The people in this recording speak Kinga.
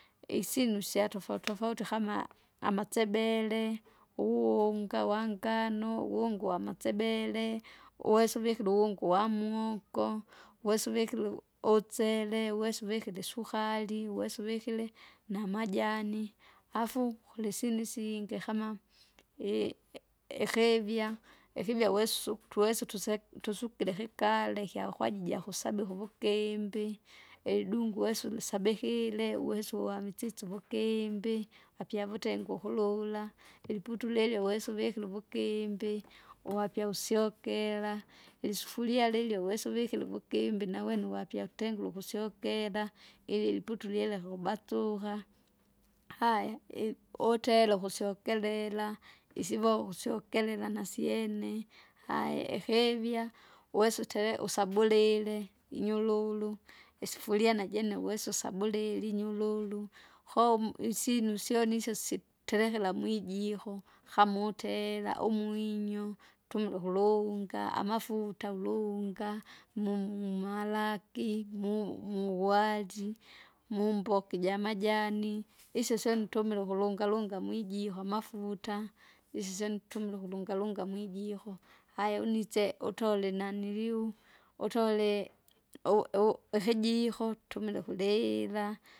Isinu isyatofauti tofauti kama amatsebele, uwunga wangno, uwunga wamasebele, uwesa uvikire uwunga uwamuogo, uwesa uvikire utsele, uwesa uvikire isuhari, uwese uvikire, namajani, afu kulisini singe kama i- e- ikevya ikivya wesu twesa tuse tusukire kikare kwakwajija kusabe kuvigimbi, edungu wesa ulisabehile uwesu wamisisi uvugimbi apyavutengu ukulula iliputule ili uwese uvikire uvugimbi uwapya usyokera. Lisufuria lilyo uwese uvikire uvugimbi nawene uwapya utengule ukusyokera, ili luputule ileka ukubatsuka. Haya i- utele ukusyokerera, isivo kusyokerera nasyene, haya ihivya uwese utere usabulile, inyururu, isufuria najene uwese usabulili inyululu, koumu isyinu syoni syoni isyo siterekera mwijiho hama utera umwinyo, tumile ukulunga amafuta ulunga, numwalaki mu- muwali, mumboka ijamajani, isyo syoni nitumila ukulungalunga mwijiho amafuta, isyo syoni nitumile ukulungalunga meijiho, aya unitse utole naniliu, utole uw- uw- ihijiko tumila ukulila.